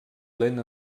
lent